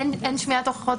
אין שמיעת הוכחות,